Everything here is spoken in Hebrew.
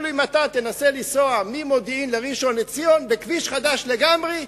אפילו אם אתה תנסה לנסוע ממודיעין לראשון-לציון בכביש חדש לגמרי,